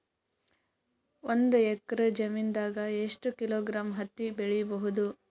ಒಂದ್ ಎಕ್ಕರ ಜಮೀನಗ ಎಷ್ಟು ಕಿಲೋಗ್ರಾಂ ಹತ್ತಿ ಬೆಳಿ ಬಹುದು?